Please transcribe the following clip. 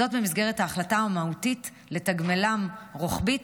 זאת במסגרת ההחלטה המהותית לתגמלם רוחבית